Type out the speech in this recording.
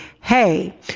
hey